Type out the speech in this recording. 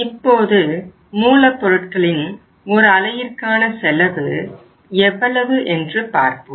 இப்போது மூலப்பொருட்களின் ஒரு அலகிற்கான செலவு எவ்வளவு என்று பார்ப்போம்